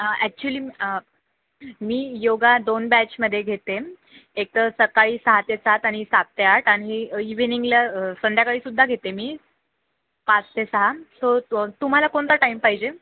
actually आ मी योगा दोन बॅचमध्ये घेते एक तर सकाळी सहा ते सात आणि सात ते आठ आणि इव्हनिंगला संध्याकाळीसुद्धा घेते मी पाच ते सहा सो तो तुम्हाला कोणता टाईम पाहिजे